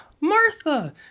Martha